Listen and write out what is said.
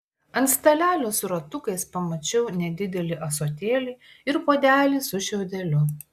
ant stalelio su ratukais pamačiau nedidelį ąsotėlį ir puodelį su šiaudeliu